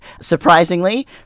surprisingly